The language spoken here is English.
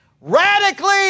radically